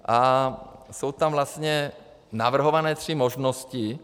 A jsou tam vlastně navrhované tři možnosti.